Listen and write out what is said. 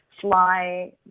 fly